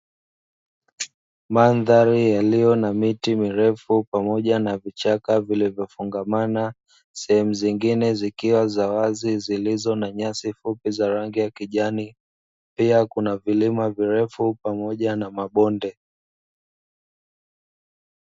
Mandhari iliyo na miti mirefu pamoja na vichaka vilivyofungamana, sehemu zingine zikiwa za wazi zilizo na nyasi fupi za rangi ya kijani pia kuna vilima virefu pamoja na mabonde.